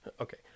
Okay